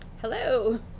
Hello